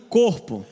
corpo